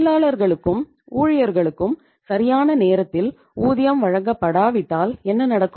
தொழிலாளர்களுக்கும் ஊழியர்களுக்கும் சரியான நேரத்தில் ஊதியம் வழங்கப்படாவிட்டால் என்ன நடக்கும்